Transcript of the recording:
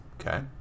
Okay